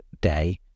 day